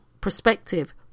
perspective